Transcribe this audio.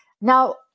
Now